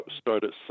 started